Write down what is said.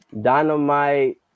Dynamite